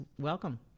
welcome